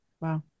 Wow